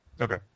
okay